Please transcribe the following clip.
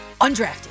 Undrafted